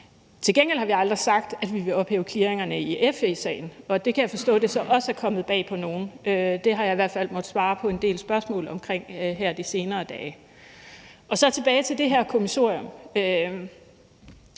Til gengæld har vi aldrig sagt, at vi vil ophæve clearingerne i forhold til FE-sagen, og det kan jeg forstå så også er kommet bag på nogen. Det har jeg i hvert fald måttet svare på en del spørgsmål omkring her de senere dage. Så vil jeg gå tilbage til det her kommissorium.